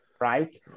right